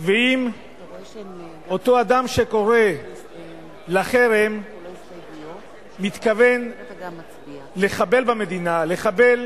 ואם אותו אדם שקורא לחרם מתכוון לחבל במדינה, לחבל